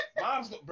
mom's